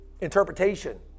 interpretation